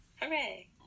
Hooray